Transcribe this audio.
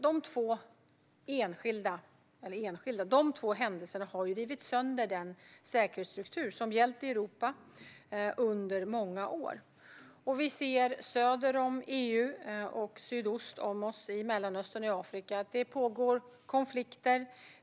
Dessa två händelser har rivit sönder den säkerhetsstruktur som har gällt i Europa under många år. Söder och sydost om EU - i Mellanöstern och Afrika - pågår konflikter.